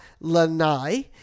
Lanai